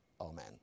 Amen